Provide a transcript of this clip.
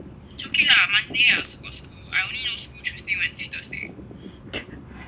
two